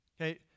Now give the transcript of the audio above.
okay